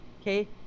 Okay